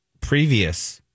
previous